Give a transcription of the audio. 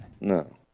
no